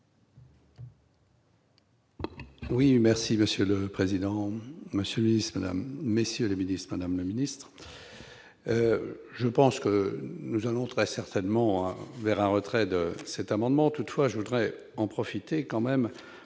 Oui, merci Monsieur le Président, Monsieur Islam, messieurs les ministres, le Ministre. Je pense que nous allons très certainement un vers un retrait de cet amendement, toutefois, je voudrais en profiter quand même